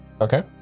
Okay